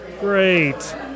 Great